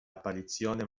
apparizione